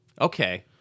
Okay